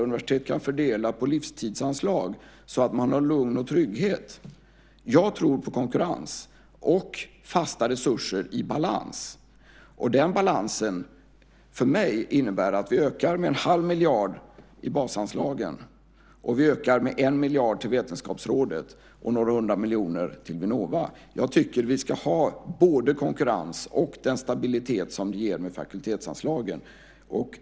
Universitet kan fördela på livstidsanslag så att man har lugn och trygghet. Jag tror på konkurrens och fasta resurser i balans. Den balansen innebär för mig att vi ökar med 1⁄2 miljard i basanslagen och med 1 miljard till Vetenskapsrådet och med några hundra miljoner till Vinnova. Jag tycker att vi ska ha både konkurrens och den stabilitet som det ger med fakultetsanslagen.